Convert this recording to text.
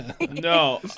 No